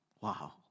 Wow